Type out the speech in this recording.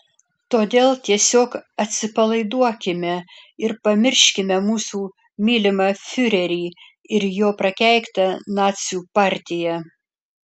todėl tiesiog atsipalaiduokime ir pamirškime mūsų mylimą fiurerį ir jo prakeiktą nacių partiją